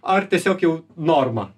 ar tiesiog jau norma